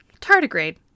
Tardigrade